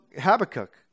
Habakkuk